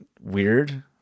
weird